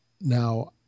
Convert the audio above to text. Now